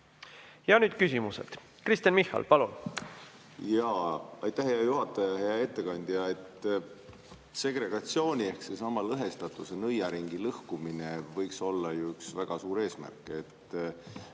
Ja nüüd küsimused. Kristen Michal, palun!